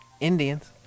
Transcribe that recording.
Indians